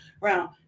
round